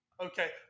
Okay